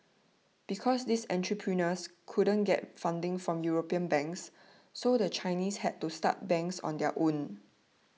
because these entrepreneurs couldn't get funding from European banks so the Chinese had to start banks on their own